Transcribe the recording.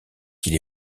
qu’il